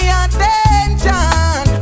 attention